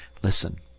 listen!